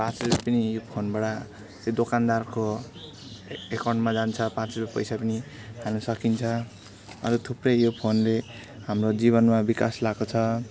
पाँच रुपियाँ नै यो फोनबाट त्यो दोकानदारको ए एकाउन्टमा जान्छ पाँच रुपियाँ पैसा पनि हाल्नु सकिन्छ अन्त थुप्रै यो फोनले हाम्रो जीवनमा विकास ल्याएको छ